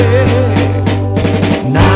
Now